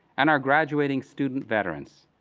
and our graduating student veterans.